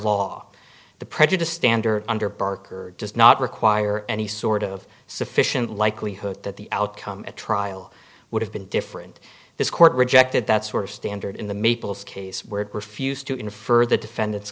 law the prejudice standard under barker does not require any sort of sufficient likelihood that the outcome at trial would have been different this court rejected that sort of standard in the maples case where it refused to infer the defendant's